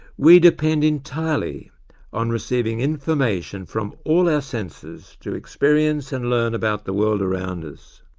we depend entirely on receiving information from all our senses to experience and learn about the world around us.